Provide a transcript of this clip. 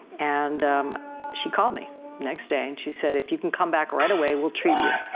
and she called me next day and she said if you can come back right away we'll treat you.